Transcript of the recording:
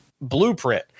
blueprint